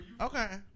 Okay